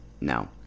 No